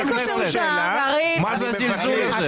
באיזו תעוזה --- מה זה הזלזול הזה?